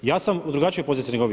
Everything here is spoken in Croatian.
Ja sam u drugačijoj poziciji nego vi.